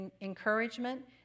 encouragement